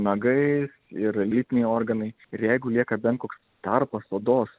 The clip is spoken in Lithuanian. nagais ir lytiniai organai ir jeigu lieka bent koks tarpas odos